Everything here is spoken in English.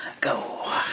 go